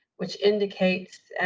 which indicates